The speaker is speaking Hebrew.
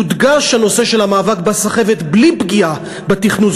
יודגש הנושא של המאבק בסחבת בלי פגיעה בתכנון,